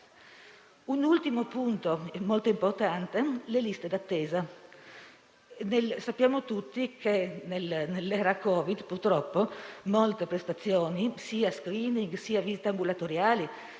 Un ultimo aspetto molto importante concerne le liste d'attesa. Sappiamo tutti che nell'era Covid, purtroppo, molte prestazioni (*screening* come visite ambulatoriali,